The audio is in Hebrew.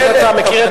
האם אתה מכיר,